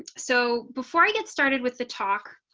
so before i get started with the talk.